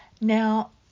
Now